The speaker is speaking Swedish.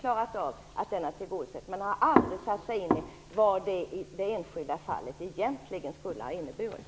klarat av det, men man har aldrig satt sig in i vad det i det enskilda fallet egentligen skulle ha inneburit.